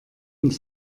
und